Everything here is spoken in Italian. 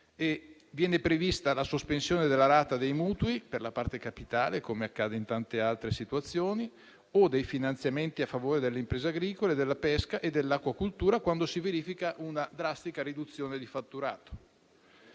Viene prevista la sospensione della rata dei mutui per la parte capitale, come accade in tante altre situazioni, o dei finanziamenti a favore delle imprese agricole, della pesca e dell'acquacoltura quando si verifica una drastica riduzione di fatturato.